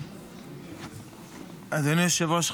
אדוני היושב-ראש,